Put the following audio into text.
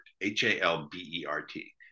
H-A-L-B-E-R-T